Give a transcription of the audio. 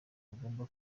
agomba